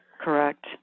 Correct